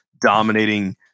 dominating